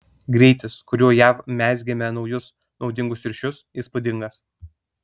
greitis kuriuo jav mezgėme naujus naudingus ryšius įspūdingas